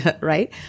right